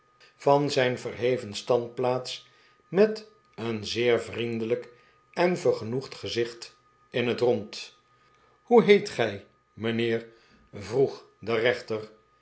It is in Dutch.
van zijn verheveh standplaats met een zeer vriendelijk en yergenoegd gezicht in het rond hoe heet gij mijnheer vroeg de rechter